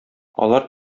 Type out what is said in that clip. алар